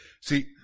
See